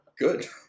Good